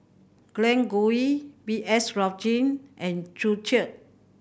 Glen Goei B S Rajhans and Joo Chiat